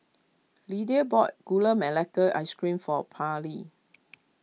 Lidia bought Gula Melaka Ice Cream for Pairlee